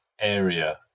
area